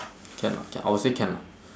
can lah can I would say can lah